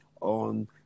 on